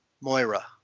Moira